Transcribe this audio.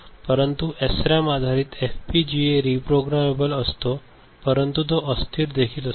परंतु एसरॅम आधारीत FPGA reprogrammable असतो परंतु तो अस्थिर देखील असतो